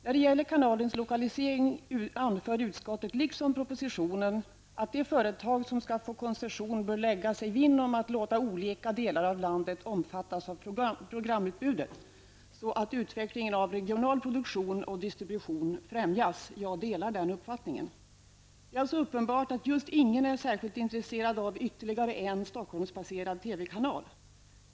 När det gäller kanalens lokalisering anför utskottet liksom propositionen att det företag som skall få koncession bör lägga sig vinn om att låta olika delar av landet omfattas av programutbudet så att utvecklingen av regional produktion och distribution främjas. Jag delar den uppfattningen. Det är alltså uppenbart att ingen är särskilt intresserad av ytterligare en Stockholmsbaserad TV-kanal.